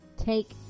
Take